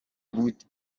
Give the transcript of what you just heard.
بود